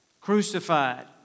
crucified